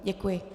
Děkuji.